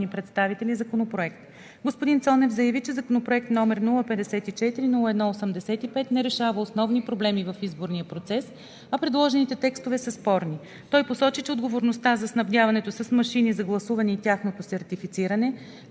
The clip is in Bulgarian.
представители Законопроект. Господин Цонев заяви, че Законопроект, № 054-01-85, не решава основни проблеми в изборния процес, а предложените текстове са спорни. Той посочи, че отговорността за снабдяването с машини за гласуване и тяхното сертифициране,